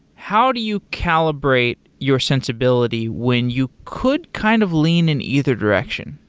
how do you calibrate your sensibility when you could kind of lean in either direction?